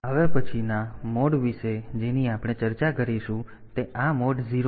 હવે પછીના મોડ વિશે જેની આપણે ચર્ચા કરીશું તે આ મોડ 0 છે